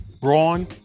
Braun